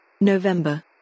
November